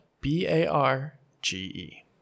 B-A-R-G-E